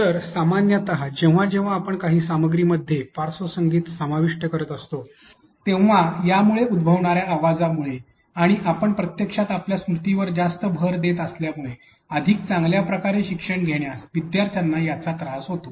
तर सामान्यत जेव्हा जेव्हा आपण काही सामग्रीमध्ये पार्श्वसंगीत समाविष्ट करीत असतो तेव्हा यामुळे उद्भवणाऱ्या आवाजमुळे आणि आपण प्रत्यक्षात आपल्या स्मृतीवर जास्त भार देत असल्यामुळे अधिक चांगल्या प्रकारे शिक्षण घेण्यास विद्यार्थ्यांना याचा त्रास होतो